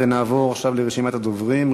ונעבור עכשיו לרשימת הדוברים.